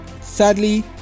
Sadly